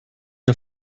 der